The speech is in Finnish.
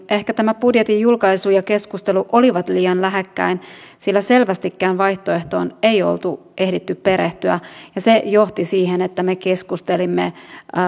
ehkä tämä budjetin julkaisu ja keskustelu olivat liian lähekkäin sillä selvästikään vaihtoehtoon ei oltu ehditty perehtyä ja se johti siihen että me keskustelimme